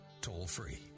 toll-free